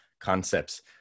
concepts